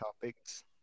topics